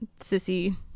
sissy